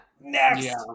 Next